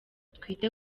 twite